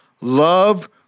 love